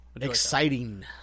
Exciting